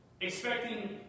expecting